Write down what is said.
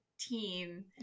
team